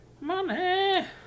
Money